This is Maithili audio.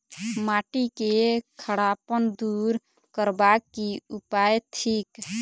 माटि केँ खड़ापन दूर करबाक की उपाय थिक?